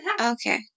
Okay